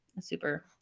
super